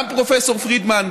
גם פרופ' פרידמן,